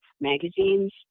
magazines